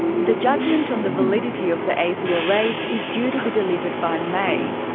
the judgement on the validity of the asio raids is due to be delivered by may.